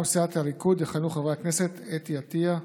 מטעם סיעת הליכוד יכהנו חברי הכנסת אתי עטייה,